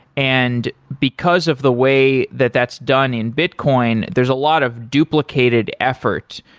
and because of the way that that's done in bitcoin, there's a lot of duplicated effort.